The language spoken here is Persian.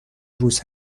روز